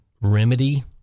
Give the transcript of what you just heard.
remedy